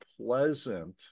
pleasant